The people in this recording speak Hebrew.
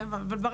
אבל,